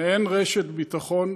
מעין רשת ביטחון,